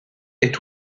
est